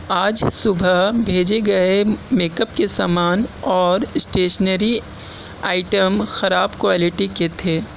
آج صبح بھیجے گئے میک اپ کے سامان اور اسٹیشنری آئٹم خراب کوالٹی کے تھے